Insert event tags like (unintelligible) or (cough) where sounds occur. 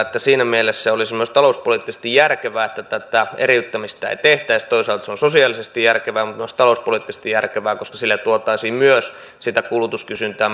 siinä mielessä olisi myös talouspoliittisesti järkevää että tätä eriyttämistä ei tehtäisi toisaalta se on sosiaalisesti järkevää mutta myös talouspoliittisesti järkevää koska sillä tuotaisiin myös sitä kulutuskysyntää (unintelligible)